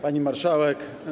Pani Marszałek!